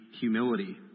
humility